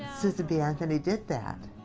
susan b. anthony did that.